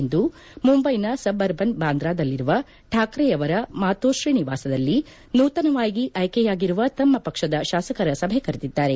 ಇಂದು ಮುಂಬೈನ ಸಬ್ಅರ್ಬನ್ ಬಾಂದ್ರಾದಲ್ಲಿರುವ ಕಾಕ್ರೆಯವರ ಮಾತೋಶ್ರೀ ನಿವಾಸದಲ್ಲಿ ನೂತನವಾಗಿ ಆಯ್ಕೆಯಾಗಿರುವ ತಮ್ಮ ಪಕ್ಷದ ಶಾಸಕರ ಸಭೆ ಕರೆದಿದ್ದಾರೆ